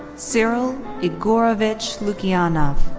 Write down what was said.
cyril igorevich lukianov.